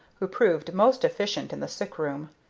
who proved most efficient in the sick-room.